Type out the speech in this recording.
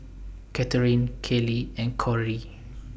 Catherine Kayli and Cori